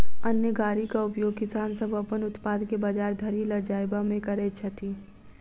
अन्न गाड़ीक उपयोग किसान सभ अपन उत्पाद के बजार धरि ल जायबामे करैत छथि